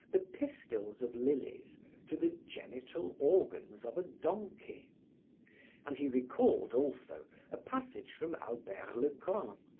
the pistils of lillies to the genital organs of a donkey and he recalled also a passage from albert le grand,